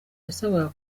yasabwaga